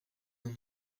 n’en